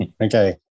Okay